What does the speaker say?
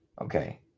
okay